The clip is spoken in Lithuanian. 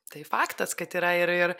tai faktas kad yra ir ir